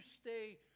stay